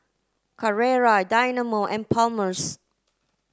Carrera Dynamo and Palmer's